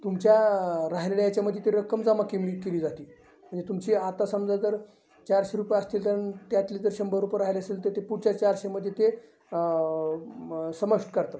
तुमच्या राहिलेल्या याच्यामध्ये ती रक्कम जमा कमी केली जाते म्हणजे तुमची आता समजा जर चारशे रुपये असतील तर त्यातले जर शंभर रुपये राहिला असेल तर ते पुढच्या चारशेमध्ये ते समाविष्ट करतात